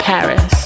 Paris